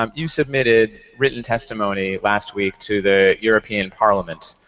um you submitted written testimony last week to the european parliament.